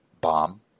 bomb